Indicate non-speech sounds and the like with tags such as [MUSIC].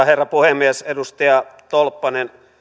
[UNINTELLIGIBLE] herra puhemies edustaja tolppanen